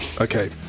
Okay